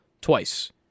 Twice